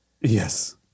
Yes